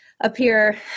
appear